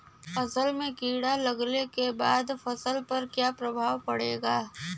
असल में कीड़ा लगने के बाद फसल पर क्या प्रभाव पड़ेगा?